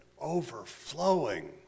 overflowing